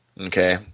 Okay